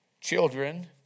Children